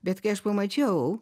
bet kai aš pamačiau